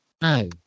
No